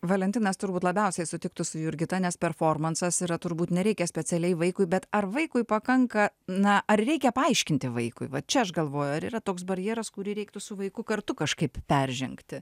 valentinas turbūt labiausiai sutiktų su jurgita nes performansas yra turbūt nereikia specialiai vaikui bet ar vaikui pakanka na ar reikia paaiškinti vaikui va čia aš galvoju ar yra toks barjeras kurį reiktų su vaiku kartu kažkaip peržengti